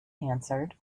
answered